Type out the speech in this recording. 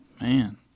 Man